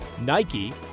Nike